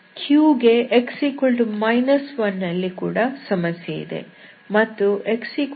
q ಗೆ x 1 ನಲ್ಲಿ ಕೂಡ ಸಮಸ್ಯೆ ಇದೆ